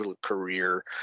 career